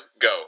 go